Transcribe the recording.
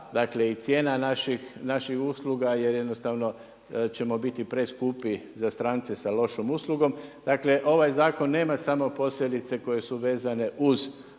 dakle i cijena naših usluga, jer jednostavno ćemo biti preskupi za strance sa lošom uslugom. Dakle, ovaj zakon nema samo posljedice koje su vezane uz tržište